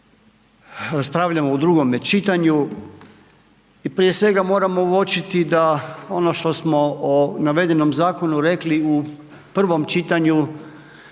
raspravljamo o drugome čitanju i prije svega moramo uočiti da ono što smo u navedenom zakonu rekli u prvom čitanju,